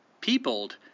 peopled